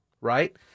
right